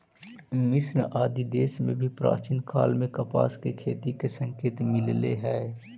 मिस्र आदि देश में भी प्राचीन काल में कपास के खेती के संकेत मिलले हई